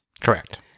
Correct